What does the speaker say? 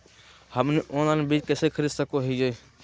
हमनी ऑनलाइन बीज कइसे खरीद सको हीयइ?